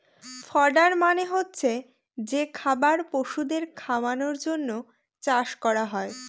fodder মানে হচ্ছে যে খাবার পশুদের খাওয়ানোর জন্য চাষ করা হয়